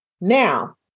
now